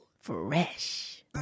Fresh